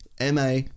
Ma